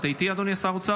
אתה איתי, אדוני שר האוצר?